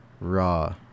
raw